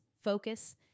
focus